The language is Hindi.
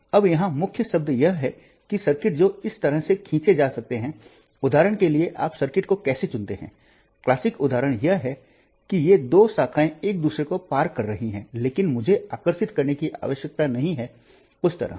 अब यहां मुख्य शब्द यह है कि सर्किट जो इस तरह से खींचे जा सकते हैं उदाहरण के लिए आप सर्किट को कैसे चुनते हैं क्लासिक उदाहरण यह है कि ये दो शाखाएं एक दूसरे को पार कर रही हैं लेकिन मुझे आकर्षित करने की आवश्यकता नहीं है उस तरह